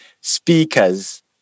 speakers